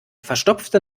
verstopfte